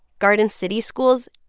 garden city schools,